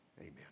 Amen